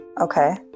Okay